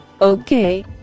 Okay